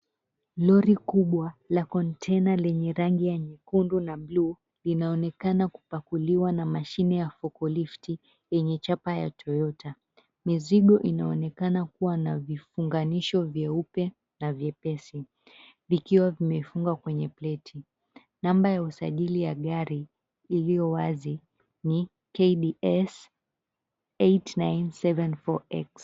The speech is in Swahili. Lori kubwa la kontena lenye rangi ya nyekundu na bluu, linaonekana kupakuliwa na mashine ya fokolifti yenye chapa ya Toyota. Mizigo inaonekana kuwa na vifunganisho vyeupe na vyepesi. Vikiwa vimefungwa kwenye pleti, namba ya usajili ya gari iliyo wazi ni KDS 8974X.